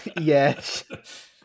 Yes